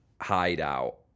hideout